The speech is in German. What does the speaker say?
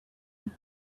und